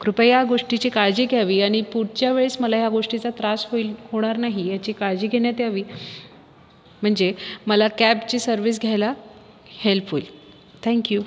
कृपया या गोष्टीची काळजी घ्यावी आणि पुढच्या वेळेस मला या गोष्टीचा त्रास होईल होणार नाही याची काळजी घेण्यात यावी म्हणजे मला कॅबची सर्विस घ्यायला हेल्प होईल थँक यू